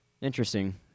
interesting